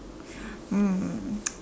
um